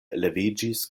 leviĝis